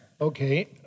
Okay